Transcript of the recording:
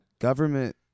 Government